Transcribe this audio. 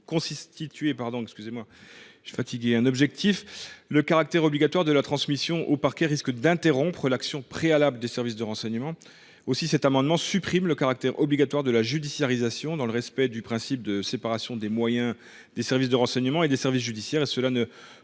objectif, le caractère obligatoire de la transmission au parquet risque d’interrompre l’action préalable des services de renseignement. Aussi cet amendement vise t il à supprimer ce caractère obligatoire, dans le respect du principe de séparation des moyens des services de renseignement et des services judiciaires. Une